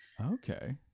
okay